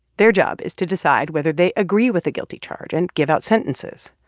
their job is to decide whether they agree with a guilty charge and give out sentences.